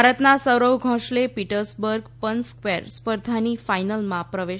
ભારતના સૌરવ ધોષાલે પીટ્સબર્ગ પન સ્ક્વેસ સ્પર્ધાની ફાઈનલમાં પ્રવેશ